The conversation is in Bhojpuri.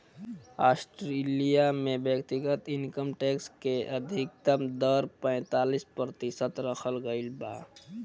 ऑस्ट्रेलिया में व्यक्तिगत इनकम टैक्स के अधिकतम दर पैतालीस प्रतिशत रखल गईल बा